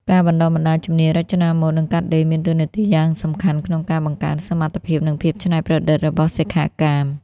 ការបណ្តុះបណ្តាលជំនាញរចនាម៉ូដ និងកាត់ដេរមានតួនាទីយ៉ាងសំខាន់ក្នុងការ បង្កើនសមត្ថភាព និងភាពច្នៃប្រឌិត របស់សិក្ខាកាម។